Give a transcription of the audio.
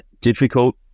difficult